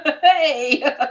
Hey